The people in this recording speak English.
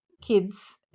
kids